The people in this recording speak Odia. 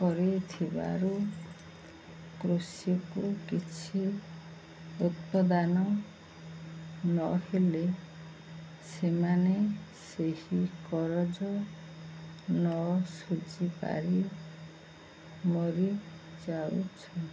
କରିଥିବାରୁ କୃଷିକୁ କିଛି ଉତ୍ପାଦାନ ନହଲେ ସେମାନେ ସେହି କରଜ ନ ଶୁଝିପାରି ମରିଯାଉଛନ୍ତି